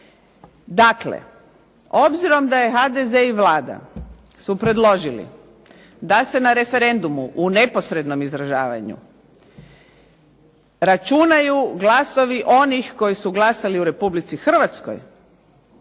Dakle, obzirom da je HDZ i Vlada su predložili da se na referendumu u neposrednom izražavanju računaju glasovi onih koji su glasali u Republici Hrvatskoj